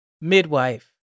midwife